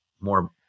more